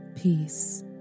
peace